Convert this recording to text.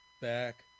back